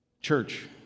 Church